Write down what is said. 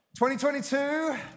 2022